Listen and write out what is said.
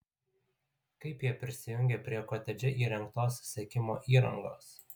kaip jie prisijungė prie kotedže įrengtos sekimo įrangos